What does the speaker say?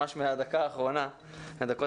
ממש מהדקות האחרונות.